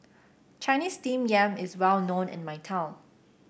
Chinese Steamed Yam is well known in my town